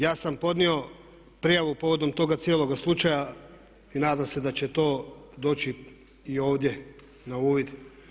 Ja sam podnio prijavu povodom toga cijeloga slučaja i nadam se da će to doći i ovdje na uvid.